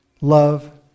love